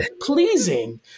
pleasing